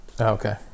Okay